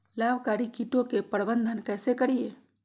लाभकारी कीटों के प्रबंधन कैसे करीये?